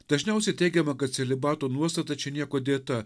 dažniausiai teigiama kad celibato nuostata čia niekuo dėta